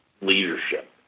leadership